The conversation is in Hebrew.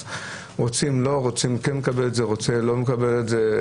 רוצה כן מקבל את זה, רוצה לא מקבל את זה.